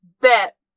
bet